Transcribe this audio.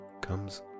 comes